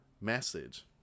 message